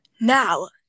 now